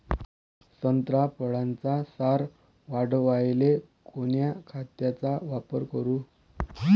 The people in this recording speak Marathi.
संत्रा फळाचा सार वाढवायले कोन्या खताचा वापर करू?